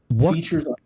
Features